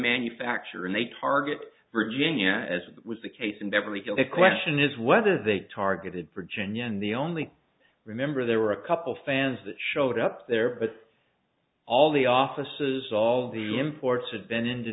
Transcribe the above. manufacturer and they target virginia as was the case in beverly hills the question is whether they targeted virginia and the only remember there were a couple fans that showed up there but all the offices all the imports had been into